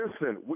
Listen